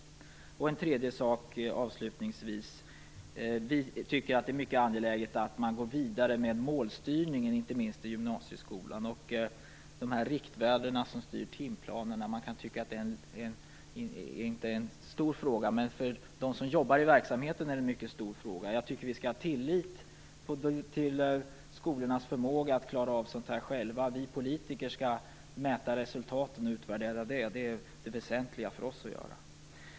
Avslutningsvis tycker vi att det är mycket angeläget att gå vidare med målstyrningen, inte minst i gymnasieskolan. Riktvärdena som styr timplanen kan tyckas vara en inte alltför stor fråga, men för dem som jobbar i verksamheten är det en mycket stor fråga. Vi skall ha tillit till skolornas förmåga att klara av sådant här själva. Det väsentliga för oss politiker är att mäta och utvärdera resultaten.